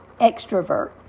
extrovert